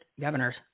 governors